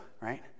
right